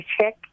check